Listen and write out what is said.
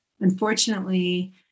Unfortunately